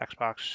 Xbox